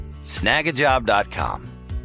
snagajob.com